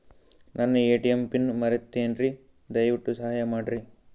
ನನ್ನ ATM PIN ಮರೆತೇನ್ರೀ, ದಯವಿಟ್ಟು ಸಹಾಯ ಮಾಡ್ರಿ